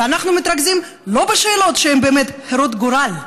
אנחנו לא מתרכזים בשאלות שהן הרות גורל,